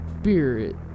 spirit